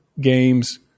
games